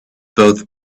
both